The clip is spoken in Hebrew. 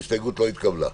ההסתייגות לא התקבלה.